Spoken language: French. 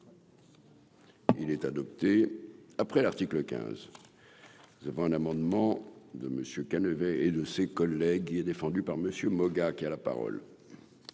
Il est adopté, après l'article 15. Nous avons un amendement de monsieur Calvet et de ses collègues, il est défendu par Monsieur Moga, qui a la parole.